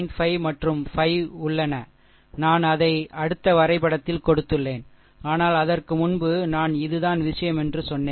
5 மற்றும் 5 உள்ளன நான் அதை அடுத்த வரைபடத்தில் கொடுத்துள்ளேன் ஆனால் அதற்கு முன்பு நான் இதுதான் விஷயம் என்று சொன்னேன்